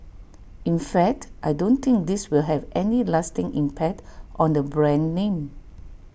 in fact I don't think this will have any lasting impact on the brand name